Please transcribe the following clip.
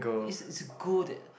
it's it's good